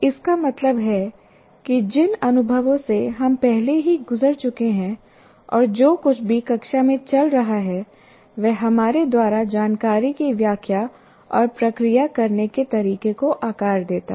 इसका मतलब है कि जिन अनुभवों से हम पहले ही गुजर चुके हैं और जो कुछ भी कक्षा में चल रहा है वह हमारे द्वारा जानकारी की व्याख्या और प्रक्रिया करने के तरीके को आकार देता है